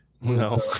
No